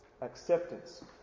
acceptance